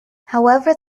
however